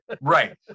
right